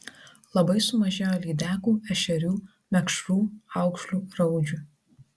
labai sumažėjo lydekų ešerių mekšrų aukšlių raudžių